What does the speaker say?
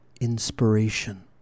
inspiration